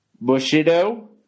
Bushido